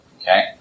Okay